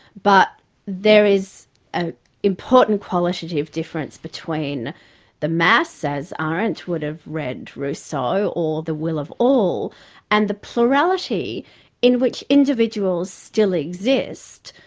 but there is an important qualitative difference between the mass, as ah arendt would have read rousseau, or the will of all and the plurality in which individuals still exist.